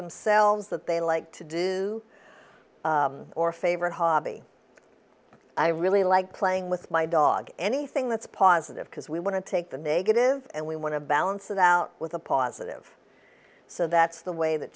themselves that they like to do or a favorite hobby i really like playing with my dog anything that's positive because we want to take the negative and we want to balance it out with a positive so that's the way that